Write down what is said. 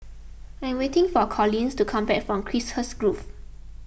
I am waiting for Collins to come back from Chiselhurst Grove